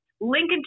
Lincoln